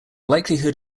likelihood